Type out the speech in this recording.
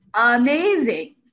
amazing